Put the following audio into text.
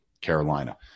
Carolina